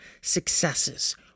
successes